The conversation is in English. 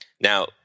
Now